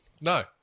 No